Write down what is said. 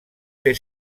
fer